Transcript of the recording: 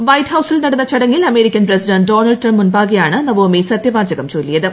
white ഹൌസിൽ നടന്ന ചടങ്ങിൽ അമേരിക്കൻ പ്രസിഡന്റ് ഡൊണാൾഡ് ട്രംപ് മുമ്പാകെയാണ് നവോമി സത്യവാചകം ചൊല്ലിയത്